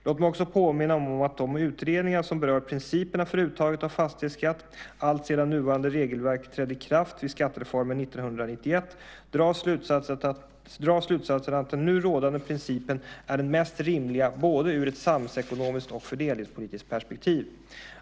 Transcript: Låt mig också påminna om att de utredningar som berört principerna för uttaget av fastighetsskatt, alltsedan nuvarande regelverk trädde i kraft vid skattereformen 1991, drar slutsatsen att den nu rådande principen är den mest rimliga både ur ett samhällsekonomiskt och fördelningspolitiskt perspektiv.